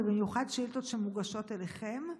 ובמיוחד שאילתות שמוגשות לכם,